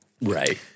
Right